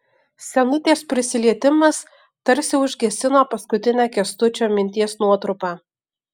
senutės prisilietimas tarsi užgesino paskutinę kęstučio minties nuotrupą